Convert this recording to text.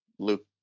Luke